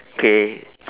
pay